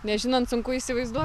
nežinant sunku įsivaizduot